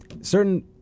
certain